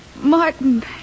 Martin